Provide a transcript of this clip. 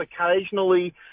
occasionally –